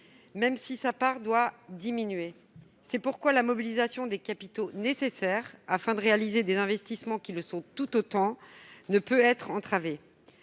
même si sa part doit diminuer. C'est pourquoi la mobilisation des capitaux nécessaires afin de réaliser des investissements qui le sont tout autant ne peut être entravée.